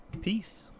peace